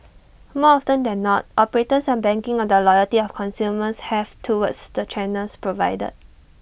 more often than not operators are banking on the loyalty of consumers have towards the channels provided